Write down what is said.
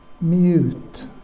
mute